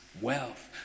wealth